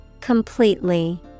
Completely